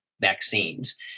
vaccines